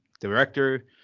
director